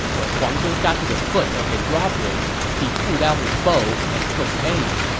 when huang zhong got to the foot of the drawbridge, he pulled out his bow and took aim.